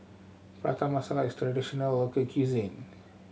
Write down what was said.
Prata Masala is a traditional local cuisine